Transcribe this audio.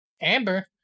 Amber